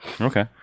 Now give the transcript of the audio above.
Okay